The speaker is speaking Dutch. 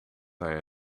hij